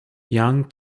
young